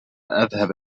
أذهب